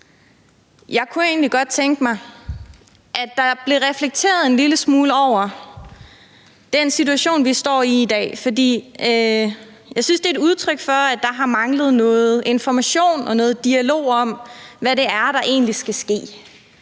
Jeg kunne egentlig godt tænke mig, at der blev reflekteret en lille smule over den situation, vi står i i dag, for jeg synes, at det er et udtryk for, at der har manglet noget information og noget dialog om, hvad det er, der egentlig skal ske.